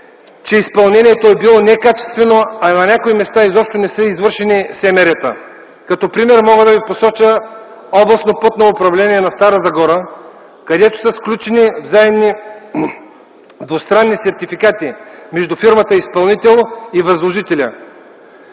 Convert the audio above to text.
че изпълнението е било некачествено, а на някои места изобщо не са извършени строително-монтажни работи. Като пример мога да ви посоча Областно пътно управление на Стара Загора, където са сключени двустранни сертификати между фирмата-изпълнител и възложителя.